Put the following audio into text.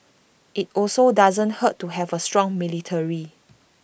IT also doesn't hurt to have A strong military